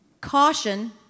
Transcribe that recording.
Caution